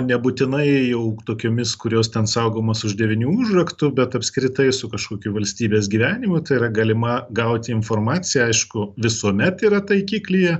nebūtinai jau tokiomis kurios ten saugomos už devynių užraktų bet apskritai su kažkokiu valstybės gyvenimu tai yra galima gauti informacija aišku visuomet yra taikiklyje